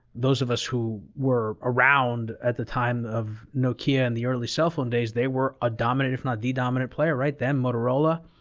those of us who were around at the time of nokia and the early cellphone days, they were a dominant, if not the dominant, player, right? then motorola,